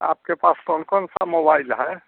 आपके पास कौन कौन सा मोबाइल है